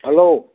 hello